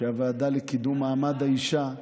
שהוועדה לקידום מעמד האישה,